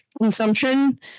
consumption